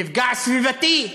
מפגע סביבתי.